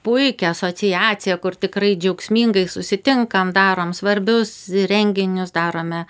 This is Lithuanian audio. puikią asociaciją kur tikrai džiaugsmingai susitinkam darom svarbius renginius darome